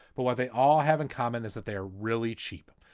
but what they all have in common is that they're really cheap.